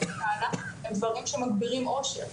הם דברים שמגבירים אושר,